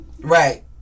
Right